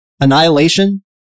Annihilation